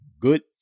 good